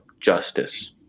justice